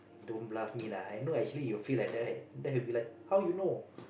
don't bluff me lah I know actually you feel like that right then he will be like how you know